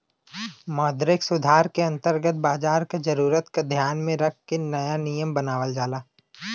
मौद्रिक सुधार के अंतर्गत बाजार क जरूरत क ध्यान में रख के नया नियम बनावल जाला